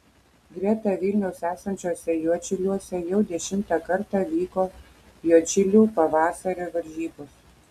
greta vilniaus esančiuose juodšiliuose jau dešimtą kartą vyko juodšilių pavasario varžybos